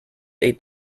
eight